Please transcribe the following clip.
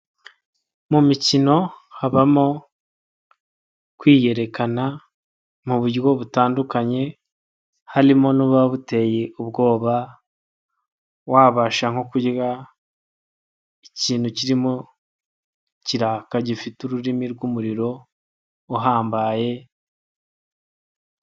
Mu mikino habamo kwiyerekana mu buryo butandukanye, harimo n'aba buteye ubwoba wabasha nko kurya ikintu kirimo ikiraka gifite ururimi rw'umuriro uhambaye.